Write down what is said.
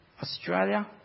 Australia